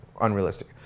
unrealistic